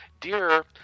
dear